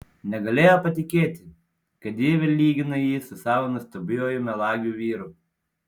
negalėjo patikėti kad ji vėl lygina jį su savo nuostabiuoju melagiu vyru